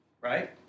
Right